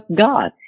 God